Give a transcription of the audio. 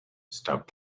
stop